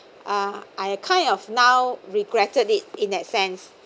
uh I kind of now regretted it in that sense